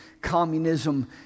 communism